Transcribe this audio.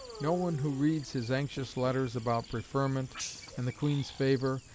no one who reads his anxious letters about preferment and the queen's favour,